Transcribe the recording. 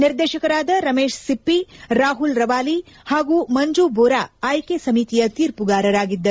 ನಿರ್ದೇಶಕರಾದ ರಮೇಶ್ ಸಿಪ್ಪಿ ರಾಹುಲ್ ರವಾಲಿ ಹಾಗೂ ಮಂಜು ಬೋರಾ ಆಯ್ಲೆ ಸಮಿತಿಯ ತೀರ್ಮಗಾರರಾಗಿದ್ದರು